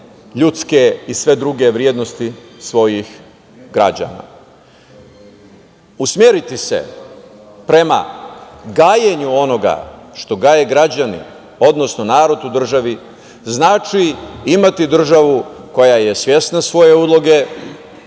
ljudske i sve druge vrednosti svojih građana. Usmeriti se prema gajenju onoga što gaje građani, odnosno narod u državi, znači imati državu koja je svesna svoje uloge,